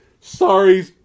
Sorry